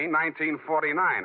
1949